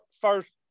first